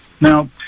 Now